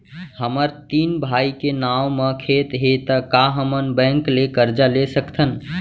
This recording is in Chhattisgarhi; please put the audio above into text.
हमर तीन भाई के नाव म खेत हे त का हमन बैंक ले करजा ले सकथन?